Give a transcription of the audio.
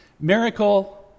Miracle